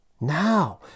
Now